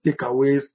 takeaways